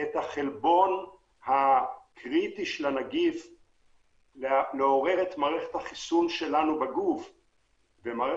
את החלבון הקריטי שלו ולעורר את מערכת החיסון שלנו בגוף שתיצור